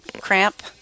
cramp